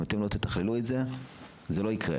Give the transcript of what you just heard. אם אתם לא תתכללו את זה, זה לא יקרה.